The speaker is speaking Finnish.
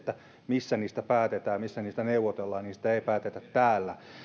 missä niistä päätetään ja missä niistä neuvotellaan niistä ei päätetä täällä